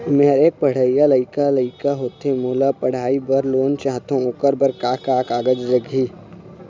मेहर एक पढ़इया लइका लइका होथे मोला पढ़ई बर लोन चाहथों ओकर बर का का कागज लगही?